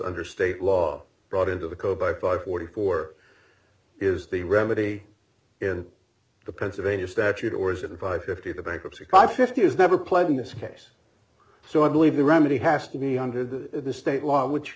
under state law brought into the code by five forty four is the remedy in the pennsylvania statute or is it a five fifty the bankruptcy five fifty is never played in this case so i believe the remedy has to be hunted at the state law which